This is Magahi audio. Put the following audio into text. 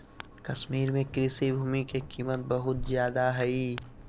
कश्मीर में कृषि भूमि के कीमत बहुत ज्यादा हइ